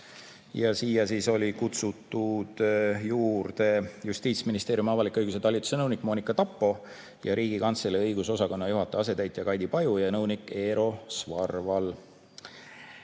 mail 2022. Kutsutud olid Justiitsministeeriumi avaliku õiguse talituse nõunik Monika Tappo ning Riigikantselei õigusosakonna juhataja asetäitja Kaidi Paju ja nõunik Eero Svarval.